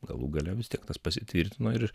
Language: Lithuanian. galų gale vis tiek tas pasitvirtino ir